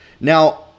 Now